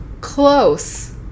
Close